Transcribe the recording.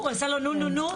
הוא עשה לו נו נו נו.